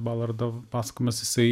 balardo pasakojamas jisai